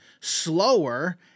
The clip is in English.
slower